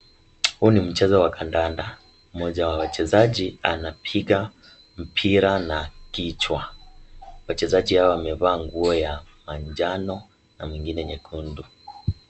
Huu ni mchezo wa kandanda mmoja wa wachezaji anapiga mpira na kichwa wachezaji hawa wamevaa nguo ya manjano na mwingine nyekundu.